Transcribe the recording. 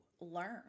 learn